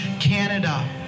canada